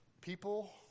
People